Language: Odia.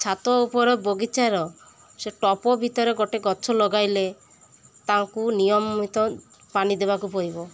ଛାତ ଉପର ବଗିଚାର ସେ ଟପ୍ ଭିତରେ ଗୋଟେ ଗଛ ଲଗାଇଲେ ତାଙ୍କୁ ନିୟମିତ ପାଣି ଦେବାକୁ ପଡ଼ିବ